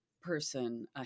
person